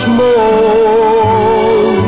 more